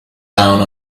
down